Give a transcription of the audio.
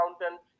accountant